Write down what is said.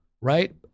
right